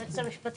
היועצת המשפטית,